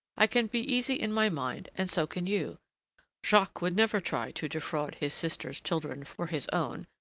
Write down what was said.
i can be easy in my mind and so can you jacques would never try to defraud his sister's children for his own,